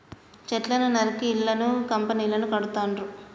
చెట్లను నరికి ఇళ్లను కంపెనీలను కడుతాండ్రు